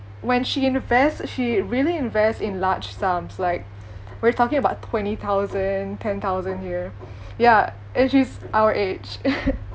when she invests she really invests in large sums like we're talking about twenty thousand ten thousand here ya she is our age